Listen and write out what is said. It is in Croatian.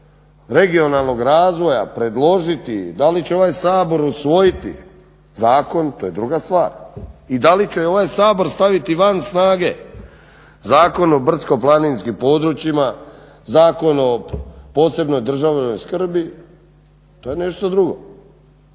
regionalnog razvoja predložiti da li će ovaj Sabor usvojiti zakon, to je druga stvar i da li će ovaj Sabor staviti van snage Zakon o brdsko-planinskim područjima, Zakon o posebnoj državnoj skrbi, to je nešto drugo.